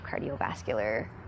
cardiovascular